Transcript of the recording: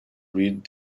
read